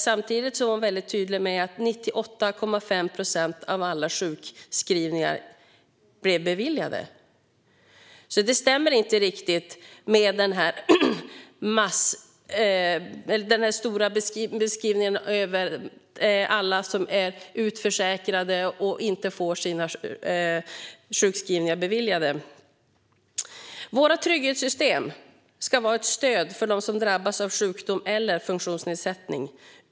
Samtidigt var hon väldigt tydlig med att 98,5 procent av alla sjukskrivningar beviljades. Det stämmer alltså inte riktigt med beskrivningen som ges av alla som är utförsäkrade och inte får sina sjukskrivningar beviljade. Våra trygghetssystem ska vara ett stöd för dem som drabbas av sjukdom eller funktionsnedsättning.